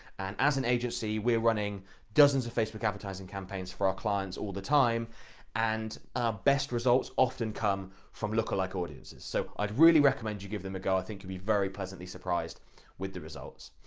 and as an agency we're running dozens of facebook advertising campaigns for our clients all the time and our best results often come from lookalike audiences. so i'd really recommend you give them a go, i think you'll be very pleasantly surprised with the results.